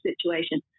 situation